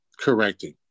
correcting